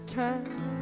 time